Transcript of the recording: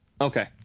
okay